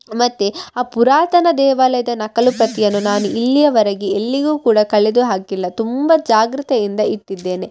ಮತ್ತು ಆ ಪುರಾತನ ದೇವಾಲಯದ ನಕಲು ಪ್ರತಿಯನ್ನು ನಾನು ಇಲ್ಲಿಯವರೆಗೆ ಎಲ್ಲಿಯು ಕೂಡ ಕಳೆದು ಹಾಕಿಲ್ಲ ತುಂಬ ಜಾಗ್ರತೆಯಿಂದ ಇಟ್ಟಿದ್ದೇನೆ